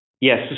Yes